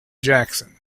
jackson